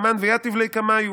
"אתא המן ויתיב ליה קמייהו